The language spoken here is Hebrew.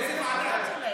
איזו ועדה?